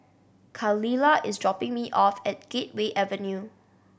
Khalilah is dropping me off at Gateway Avenue